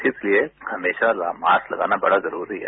इसलिए हमेरा मास्क लगाना बस जरूपी है